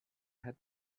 had